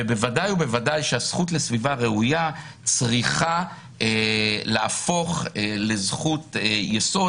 ובוודאי שהזכות לסביבה ראויה צריכה להפוך לזכות יסוד,